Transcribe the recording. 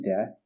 death